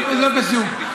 לא קשור.